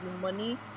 money